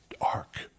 ark